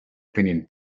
opinion